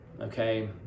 okay